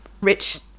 rich